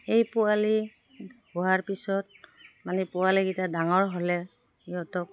এই পোৱালি হোৱাৰ পিছত মানে পোৱালিকেইটা ডাঙৰ হ'লে সিহঁতক